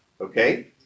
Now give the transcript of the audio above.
okay